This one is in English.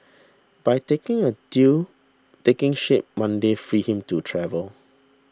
by taking a deal taking shape Monday freed him to travel